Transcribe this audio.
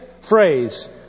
phrase